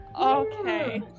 Okay